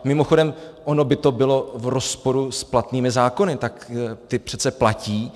Mimochodem, ono by to bylo v rozporu s platnými zákony, tak ty přece platí.